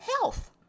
health